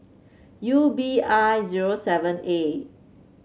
U B I zero seven A